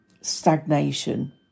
stagnation